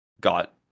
got